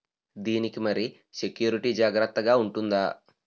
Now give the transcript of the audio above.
దీని కి మరి సెక్యూరిటీ జాగ్రత్తగా ఉంటుందా?